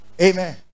Amen